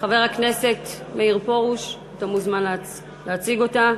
חבר הכנסת מאיר פרוש, אתה מוזמן להציג אותה.